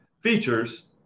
features